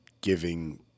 giving